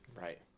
Right